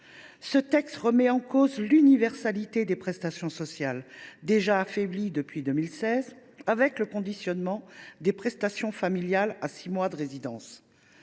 remettre en cause l’universalité des prestations sociales, déjà affaiblie depuis 2016 avec le conditionnement des prestations familiales à six mois de résidence